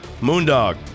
Moondog